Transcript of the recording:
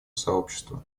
сообщества